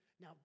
Now